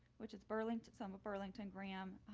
which is burlington, some of burlington graham,